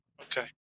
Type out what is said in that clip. Okay